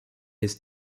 his